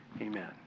amen